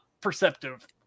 perceptive